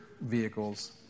vehicles